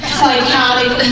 Psychotic